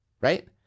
Right